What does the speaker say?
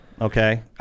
okay